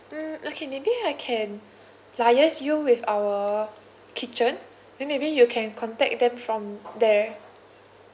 mm okay maybe I can liaise you with our kitchen then maybe you can contact them from there